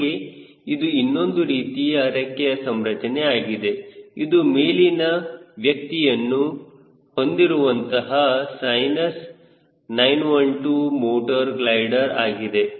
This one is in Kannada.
ಹೀಗೆ ಇದು ಇನ್ನೊಂದು ರೀತಿಯ ರೆಕ್ಕೆಯ ಸಂರಚನೆ ಆಗಿದೆ ಇದು ಮೇಲಿನ ವ್ಯಕ್ತಿಯನ್ನು ಹೊಂದಿರುವಂತಹ ಸೈನಸ್ 912 ಮೋಟರ್ ಗ್ಲೈಡರ್ ಆಗಿದೆ